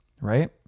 right